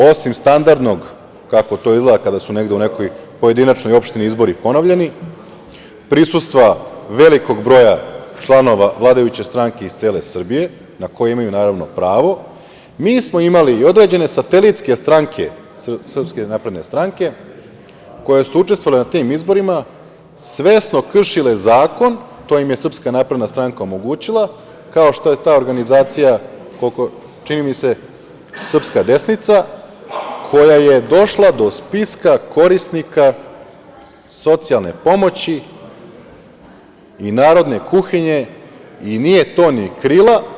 Osim standardnog, kako to izgleda kada su negde u nekoj pojedinačnoj opštini izbori ponovljeni, prisustva velikog broja članova vladajuće stranke iz cele Srbije, na koju imaju naravno pravo, mi smo imali i određene satelitske stranke SNS koje su učestvovale na tim izborima, svesno kršile zakon, to im je SNS omogućila, kao što je ta organizacija, čini mi se, Srpska desnica koja je došla do spiska korisnika socijalne pomoći i narodne kuhinje i nije to ni krila.